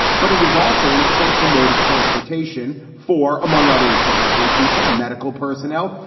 but it is also an essential mode of transportation for, among others, delivery people, medical personnel,